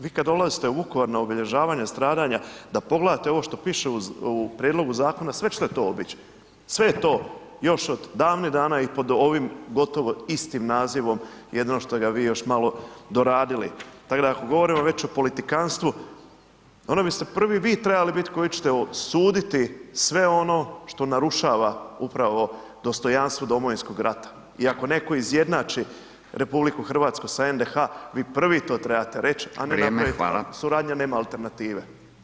Vi kad dolazite u Vukovar na obilježavanje stradanja da pogledate ovo što piše u prijedlogu zakona, sve ćete to obić, sve je to još od davnih dana i pod ovih gotovo istim nazivom, jedino što ga vi još malo doradili, tak ak govorimo već o politikanstvu onda biste prvi vi trebali bit koji ćete osuditi sve ono što narušava upravo dostojanstvo Domovinskog rata i ako neko izjednači RH sa NDH vi prvi to trebate reći [[Upadica: Vrijeme, hvala.]] a ne kako je ta suradnja nema alternative.